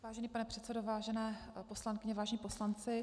Vážený pane předsedo, vážené poslankyně, vážení poslanci.